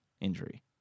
injury